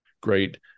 great